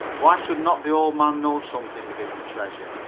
why should not the old man know something of hidden treasure?